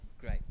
great